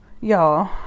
Y'all